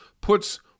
puts